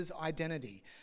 identity